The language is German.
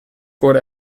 wurde